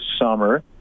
summer